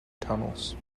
tunnels